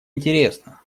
интересно